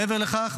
מעבר לכך,